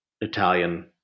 Italian